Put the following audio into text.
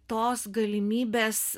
tos galimybės